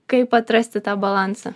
kaip atrasti tą balansą